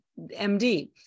MD